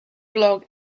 blog